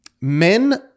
men